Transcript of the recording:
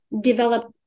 develop